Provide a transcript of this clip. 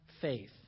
faith